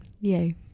Yay